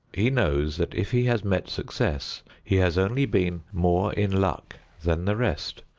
he knows that if he has met success, he has only been more in luck than the rest.